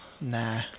Nah